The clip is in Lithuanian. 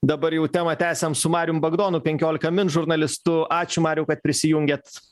dabar jau temą tęsiam su marium bagdonu penkiolika min žurnalistu ačiū mariau kad prisijungėt